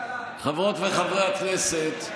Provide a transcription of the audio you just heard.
חברות וחברי הכנסת,